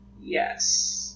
Yes